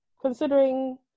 considering